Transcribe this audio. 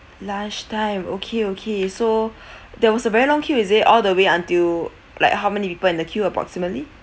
lunch time okay okay so there was a very long queue is it all the way until like how many people in the queue approximately